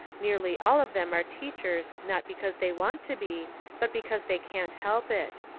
nearly all of them are teach ers not because they want to be but because they can't help it.